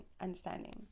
understanding